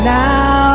now